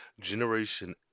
Generation